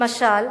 למשל,